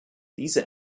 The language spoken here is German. diese